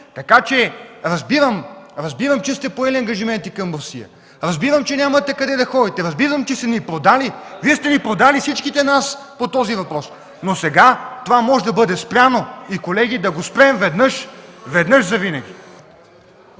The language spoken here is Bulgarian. становище. Разбирам, че сте поели ангажименти към Русия, разбирам, че нямате къде да ходите, разбирам, че сте ни продали. Вие сте продали всичките нас по този въпрос, но сега това може да бъде спряно. Колеги, да го спрем веднъж завинаги!